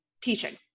teaching